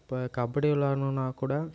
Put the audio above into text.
இப்போ கபடி விளாட்ணுன்னா கூட